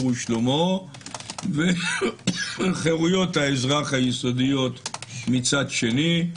ושלומו וחירויות האזרח היסודיות מצד שני.